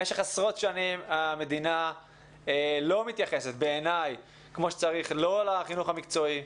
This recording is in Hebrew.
במשך עשרות שנים המדינה לא מתייחסת בעיניי כמו שצריך לא לחינוך המקצועי,